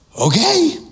okay